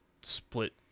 split